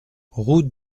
route